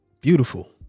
beautiful